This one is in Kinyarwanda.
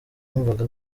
yumvaga